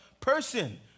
person